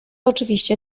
oczywiście